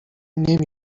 نمی